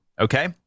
Okay